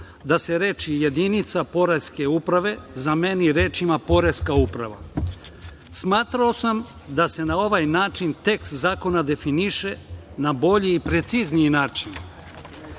da se reči: „Jedinica Poreske uprave“, zameni rečima „Poreska uprava“.Smatrao sam da se na ovaj način tekst zakona definiše na bolji i precizniji način.